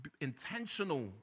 intentional